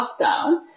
lockdown